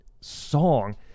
song